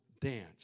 dance